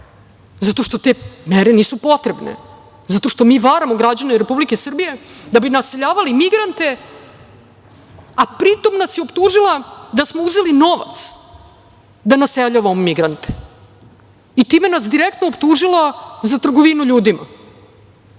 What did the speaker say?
zato što te mere nisu potrebne, zato što mi varamo građane Republike Srbije da bi naseljavali migrante, a pri tom nas je optužila da smo uzeli novac da naseljavamo migrante i time nas direktno optužila za trgovinu ljudima.